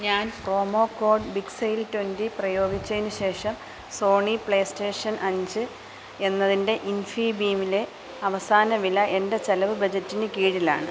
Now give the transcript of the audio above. ഞാൻ promo code big sale twenty പ്രയോഗിച്ചതിന് ശേഷം സോണി പ്ലേസ്റ്റേഷൻ അഞ്ച് എന്നതിൻ്റെ ഇൻഫിബിലെ അവസാന വില എൻ്റെ ചിലവ് ബജറ്റിന് കീഴിലാണ്